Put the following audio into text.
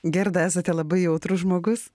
gerda esate labai jautrus žmogus